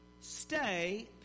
stay